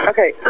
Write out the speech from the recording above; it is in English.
Okay